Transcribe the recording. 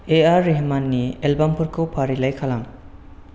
AR रेहमाननि एलबामफोरखौ फारिलाइ खालाम